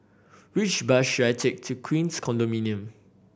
which bus should I take to Queens Condominium